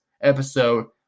episode